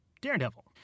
Daredevil